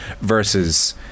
versus